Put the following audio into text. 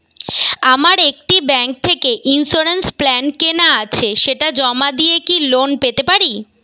আমার একটি ব্যাংক থেকে ইন্সুরেন্স প্ল্যান কেনা আছে সেটা জমা দিয়ে কি লোন পেতে পারি?